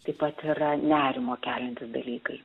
taip pat yra nerimo keliantys dalykai